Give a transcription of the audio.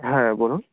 হ্যাঁ বলুন